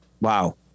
Wow